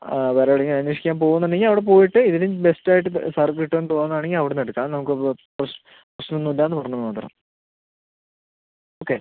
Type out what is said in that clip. വേറെ എവിടെ എങ്കിലും അന്വേഷിക്കാൻ പോവുന്നുണ്ടെങ്കിൽ അവിടെ പോയിട്ട് ഇതിലും ബെസ്റ്റ് ആയിട്ട് സാർക്ക് കിട്ടുമെന്ന് തോന്നാണെങ്കിൽ അവിടെ നിന്ന് എടുക്കാം നമുക്ക് പ്രഷ് പ്രശ്നം ഒന്നും ഇല്ല എന്ന് പറഞ്ഞു എന്ന് മാത്രം ഓക്കെ